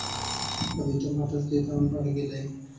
अभी टमाटर के दाम बढ़ गेलइ